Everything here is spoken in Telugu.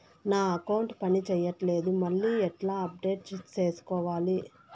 నా అకౌంట్ పని చేయట్లేదు మళ్ళీ ఎట్లా అప్డేట్ సేసుకోవాలి?